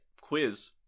quiz